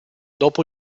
dopo